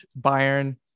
Bayern